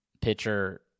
pitcher